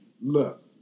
Look